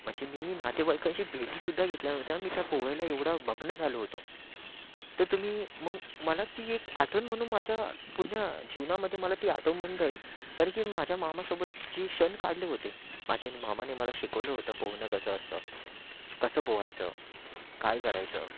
म्हणजे मी नातेवाईकांशी भेटीसुद्धा घेतल्या नव्हत्या मी त्या पोहायला एवढा मग्न झालो होतो तर ते मी मग मला ती एक आठवण म्हणून माझ्या पूर्ण जीवनामध्ये मला ती आठवण म्हणून राहील कारण की मी माझ्या मामासोबत जे क्षण काढले होते माझे मामाने मला शिकवलं होतं पोहणं कसं असतं कसं पोहायचं काय करायचं